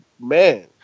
man